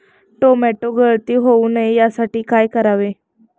Tomato गळती होऊ नये यासाठी काय करावे?